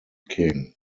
king